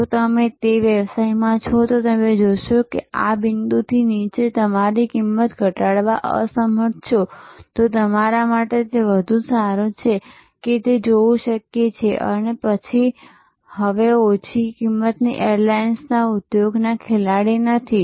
જો તમે તે વ્યવસાયમાં છો અને તમે જોશો કે તમે આ બિંદુથી નીચે તમારી કિંમત ઘટાડવામાં અસમર્થ છો તો તમારા માટે તે વધુ સારું છે કે તે જોવું શક્ય છે કે તમે હવે ઓછી કિંમતની એરલાઇન્સ ઉદ્યોગના ખેલાડી નથી